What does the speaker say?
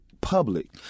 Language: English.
public